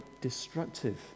destructive